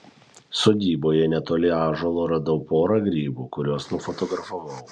sodyboje netoli ąžuolo radau porą grybų kuriuos nufotografavau